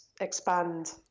expand